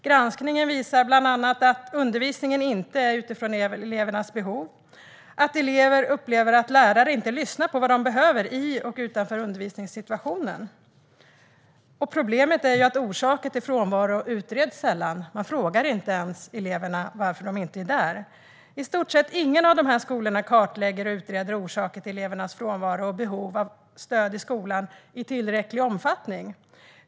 Granskningen visar bland annat att undervisningen inte utgår från elevernas behov och att elever upplever att lärare inte lyssnar på vad de behöver i och utanför undervisningssituationen. Problemet är att orsaker till frånvaro sällan utreds. Man frågar inte ens eleverna varför de inte är där. I stort sett ingen av skolorna kartlägger eller utreder orsaker till elevernas frånvaro och behov av stöd i skolan i tillräcklig omfattning.